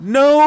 no